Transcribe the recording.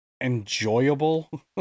enjoyable